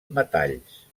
metalls